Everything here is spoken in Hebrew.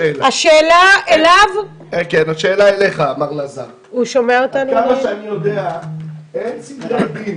עד כמה שאני יודע, אין סדרי דין